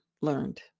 learned